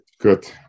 good